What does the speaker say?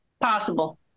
possible